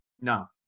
no